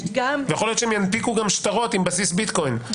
ויכול להיות שיונפקו גם שטרות עם בסיס ביטקוין,